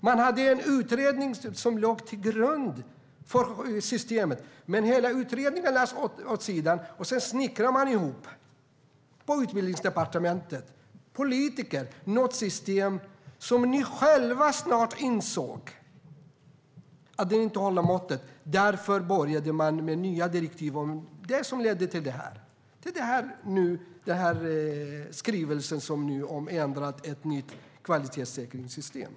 Man hade en utredning som låg till grund för systemet, men hela utredningen lades åt sidan, och sedan snickrade politiker på Utbildningsdepartementet ihop ett system som ni själva snart insåg inte håller måttet. Därför började man med nya direktiv, det som ledde till det här. Det är den här skrivelsen, som handlar om ett nytt kvalitetssäkringssystem.